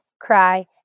cry